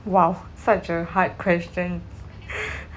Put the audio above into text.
!wow! such a hard question